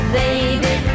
baby